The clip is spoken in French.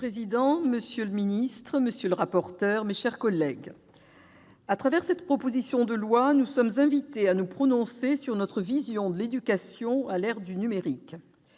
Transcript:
Monsieur le président, monsieur le ministre, monsieur le rapporteur, mes chers collègues, au travers de l'examen de cette proposition de loi, nous sommes invités à nous prononcer sur notre vision de l'éducation à l'ère du numérique.